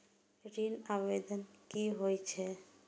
ऋण आवेदन की होय छै?